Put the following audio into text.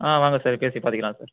ஆ வாங்க சார் பேசி பண்ணிக்கலாம் சார்